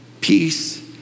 peace